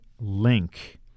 link